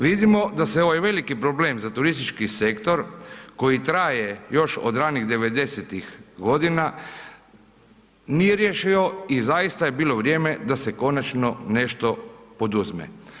Vidimo da se ovaj veliki problem za turistički sektor koji traje još od ranih '90.-tih godina nije riješio i zaista je bilo vrijeme da se konačno nešto poduzme.